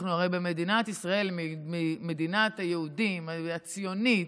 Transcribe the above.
אנחנו הרי במדינת ישראל, מדינת היהודים, הציונית.